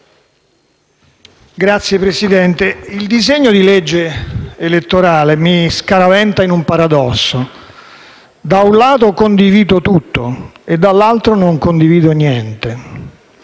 Signor Presidente, il disegno di legge elettorale mi scaraventa in un paradosso. Da un lato condivido tutto e dall'altro non condivido niente.